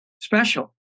special